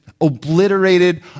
obliterated